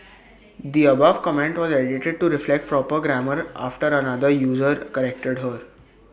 the above comment was edited to reflect proper grammar after another user corrected her